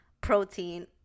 protein